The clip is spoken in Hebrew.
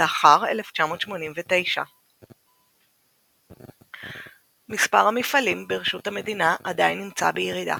לאחר 1989. מספר המפעלים ברשות המדינה עדיין נמצא בירידה,